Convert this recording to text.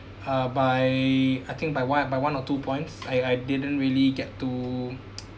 uh by I think by one by one or two points I I didn't really get to